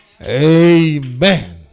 Amen